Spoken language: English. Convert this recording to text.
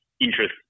interest